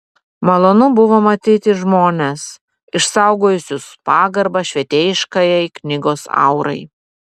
malonu buvo matyti žmones išsaugojusius pagarbą švietėjiškajai knygos aurai